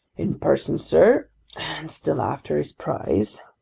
in person, sir, and still after his prize!